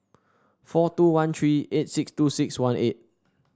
four two one three eight six two six one eight